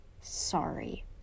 Sorry